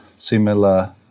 similar